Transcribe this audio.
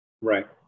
Right